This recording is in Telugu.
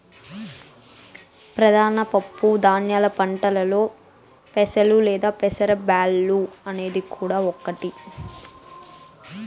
ప్రధాన పప్పు ధాన్యాల పంటలలో పెసలు లేదా పెసర బ్యాల్లు అనేది కూడా ఒకటి